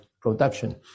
production